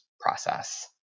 process